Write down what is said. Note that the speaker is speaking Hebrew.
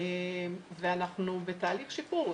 ואנחנו בתהליך שיפור.